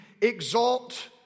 exalt